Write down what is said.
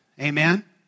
Amen